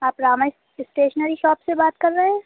آپ راما اِس stationery shop سے بات کر رہے ہیں